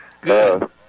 Good